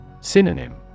Synonym